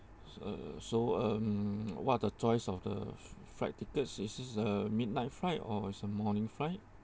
uh so um what are the choice of the flight tickets is it a midnight flight or some morning flight